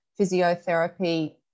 physiotherapy